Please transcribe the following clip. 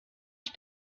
ich